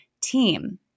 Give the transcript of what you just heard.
team